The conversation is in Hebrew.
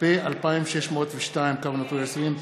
פ/2602/20,